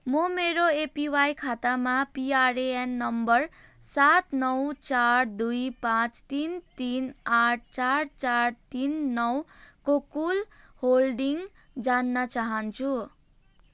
म मेरो एपिवाई खातामा पिआरएएन नम्बर सात नौ चार दुई पाँच तिन तिन आठ चार चार तिन नौको कुल होल्डिङ जान्न चाहन्छु